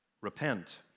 Repent